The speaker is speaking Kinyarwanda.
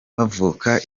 bavuka